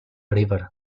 river